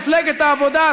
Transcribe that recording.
מפלגת העבודה,